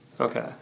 Okay